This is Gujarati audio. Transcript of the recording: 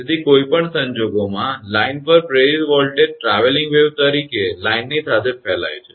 તેથી કોઈ પણ સંજોગોમાં લાઇન પર પ્રેરિત વોલ્ટેજ ટ્રાવેલીંગ વેવ તરીકે લાઇનની સાથે ફેલાય છે